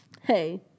Hey